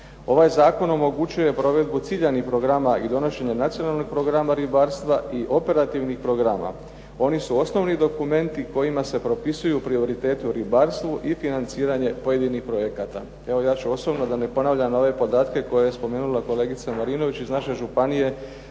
Ovaj Zakon omogućuje provedbu ciljanih programa i donošenje nacionalnih programa ribarstva, i operativnih programa. Oni su osnovni dokumenti kojima se propisuju prioriteti u ribarstvu i financiranje pojedinih projekata. Ja ću osobno da ne ponavljam ove podatke koje je spomenula kolegica Marinović, iz naše županije